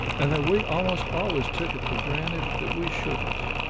and that we almost always took it for granted that we shouldn't.